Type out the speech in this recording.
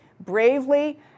Bravely